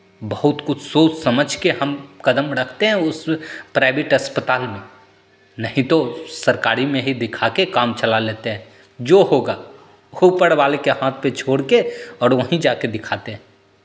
बहुत कुछ सोच समझ के हम कदम रखते हैं उस प्राइवेट अस्पताल में नहीं तो सरकारी में ही दिखा के काम चला लेते हैं जो होगा ऊपरवाले के हाथ पे छोड़ के और वहीं जा के दिखाते हैं